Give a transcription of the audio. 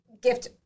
gift